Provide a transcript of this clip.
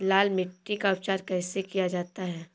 लाल मिट्टी का उपचार कैसे किया जाता है?